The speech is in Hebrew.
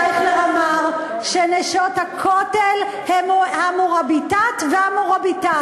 חבר הכנסת אייכלר אמר ש"נשות הכותל" הן ה"מוראביטאת" וה"מוראביטון".